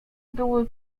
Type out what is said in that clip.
były